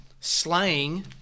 slaying